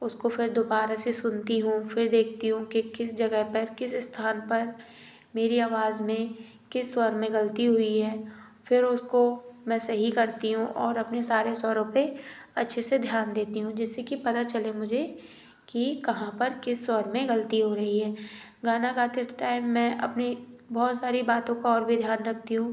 उसको फिर दुबारा से सुनती हूँ फिर देखती हूँ कि किस जगह पर किस स्थान पर मेरी आवाज़ में किस स्वर में गलती हुई है फिर उसको मैं सही करती हूँ और अपने सारे स्वरों पे अच्छे से ध्यान देती हूँ जिससे कि पता चले मुझे कि कहाँ पर किस स्वर में गलती हो रही है गाना गाते टाइम मैं अपनी बहुत सारी बातों को और भी ध्यान रखती हूँ